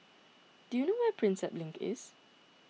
do you know where is Prinsep Link